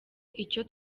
icyo